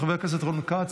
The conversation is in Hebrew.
חבר הכנסת רון כץ,